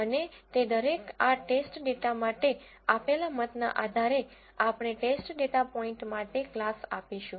અને તે દરેક આ ટેસ્ટ ડેટા માટે આપેલા મતના આધારે આપણે ટેસ્ટ ડેટા પોઇન્ટ માટે ક્લાસ આપશું